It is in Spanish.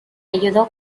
ayudó